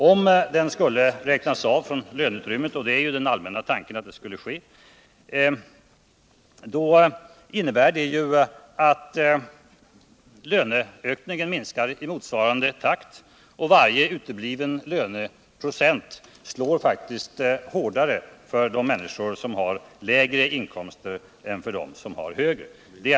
Om avgiften skall räknas av från löneutrymmet — och det är ju den allmänna tanken att så skall ske — innebär detta att löneökningen minskar i motsvarande takt. Och varje utebliven löneprocent slår faktiskt hårdare för dem som har lägre inkomster än för dem som har högre.